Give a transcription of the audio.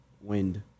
wind